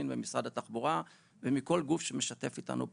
ומשרד התחבורה ומכל גוף שמשתף איתנו פעולה,